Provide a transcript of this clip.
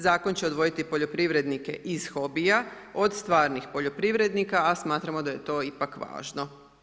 Zakon će odvojiti poljoprivrednike iz hobija od stvarnih poljoprivrednika, a smatramo da je to ipak važno.